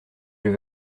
vais